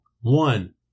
one